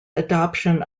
adoption